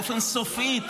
באופן סופי,